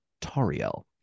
Tariel